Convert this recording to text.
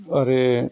आरो